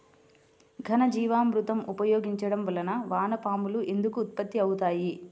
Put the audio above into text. ఘనజీవామృతం ఉపయోగించటం వలన వాన పాములు ఎందుకు ఉత్పత్తి అవుతాయి?